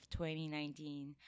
2019